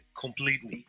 completely